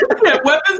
weapons